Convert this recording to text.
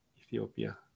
Ethiopia